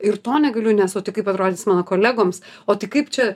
ir to negaliu nes o tai kaip atrodys mano kolegoms o tai kaip čia